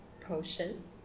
potions